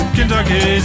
Kentucky